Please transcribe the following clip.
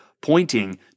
pointing